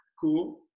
Cool